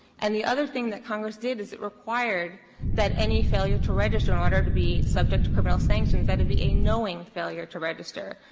and the other thing that congress did is it required that any failure to register in order to be subject to prevailing sanctions, that it be a knowing failure to register.